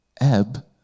ebb